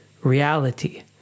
reality